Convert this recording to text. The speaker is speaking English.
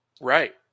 right